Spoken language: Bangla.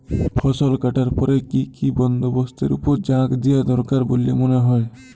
ফসলকাটার পরে কি কি বন্দবস্তের উপর জাঁক দিয়া দরকার বল্যে মনে হয়?